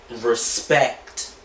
respect